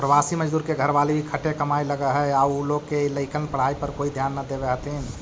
प्रवासी मजदूर के घरवाली भी खटे कमाए लगऽ हई आउ उ लोग के लइकन के पढ़ाई पर कोई ध्याने न देवऽ हथिन